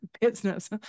business